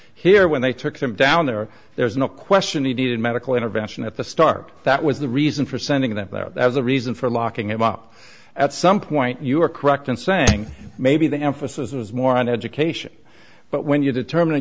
here when they took him down there there's no question he needed medical intervention at the start that was the reason for sending him that there was a reason for locking him up at some point you are correct in saying maybe the emphasis was more on education but when you determin